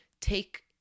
take